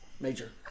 Major